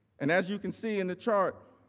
and as you can see in the chart,